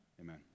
amen